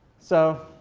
so